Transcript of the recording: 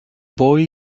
boy